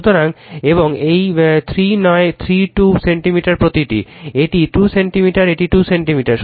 সুতরাং এবং এই 3 নয় 3 2 সেন্টিমিটার প্রতিটি এটি 2 সেন্টিমিটার এটি 2 সেন্টিমিটার